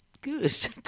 good